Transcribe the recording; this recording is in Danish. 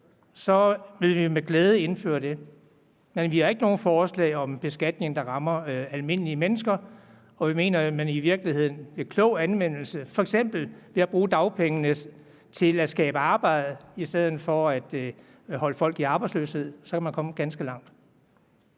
så ville vi med glæde indføre det. Men vi har ikke nogen forslag om en beskatning, der rammer almindelige mennesker, og vi mener jo, at man med en klog anvendelse – f.eks. ved at bruge dagpengene til at skabe arbejde i stedet for at holde folk i arbejdsløshed – kan komme ganske langt.